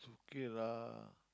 kay lah